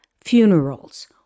funerals